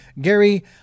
Gary